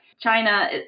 China